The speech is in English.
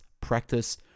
practice